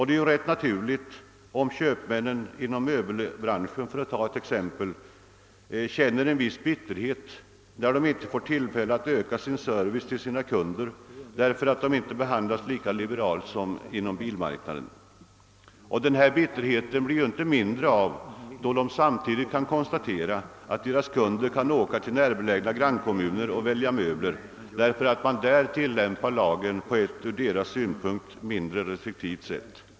Det är väl rätt naturligt, om köpmännen inom möbelbranschen, för att ta ett exempel, känner en viss bitterhet, när de inte får tillfälle att öka servicen till sina kunder, därför att de inte behandlas lika liberalt som bilhandlarna. Denna bitterhet blir inte mindre, då de samtidigt kan konstatera, att deras kunder kan åka till närbelägna grannkommuner och välja möbler, därför att lagen där tillämpas på ett från deras synpunkt mindre restriktivt sätt.